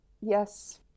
Yes